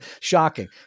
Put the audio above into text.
Shocking